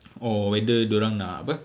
or whether dorang nak apa